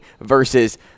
versus